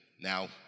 now